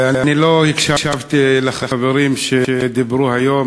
אני לא הקשבתי לחברים שדיברו היום,